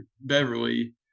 Beverly